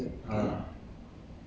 什么叫 water pilot